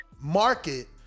market